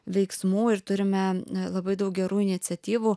veiksmų ir turime labai daug gerų iniciatyvų